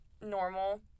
normal